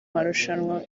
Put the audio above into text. marushanwa